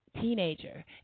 teenager